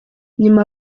nyuma